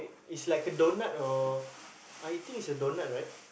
it's like a donut or I think it's a donut right